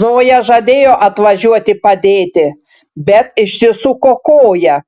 zoja žadėjo atvažiuoti padėti bet išsisuko koją